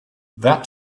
that